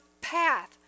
path